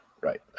Right